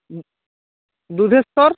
Dudheshwar